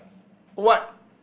what